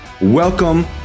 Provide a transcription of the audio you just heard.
Welcome